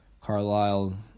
Carlisle